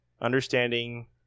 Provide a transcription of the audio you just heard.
Understanding